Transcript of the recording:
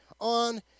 on